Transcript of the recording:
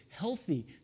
healthy